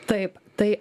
taip tai